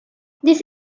this